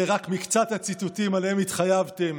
אלה רק מקצת הציטוטים שעליהם התחייבתם